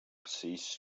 ceased